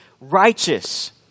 righteous